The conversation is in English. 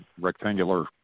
rectangular